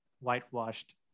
whitewashed